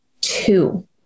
Two